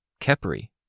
Kepri